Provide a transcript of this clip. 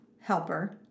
helper